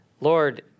Lord